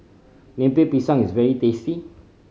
Lemper Pisang is very tasty